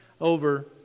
over